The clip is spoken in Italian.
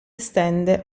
estende